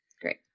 Great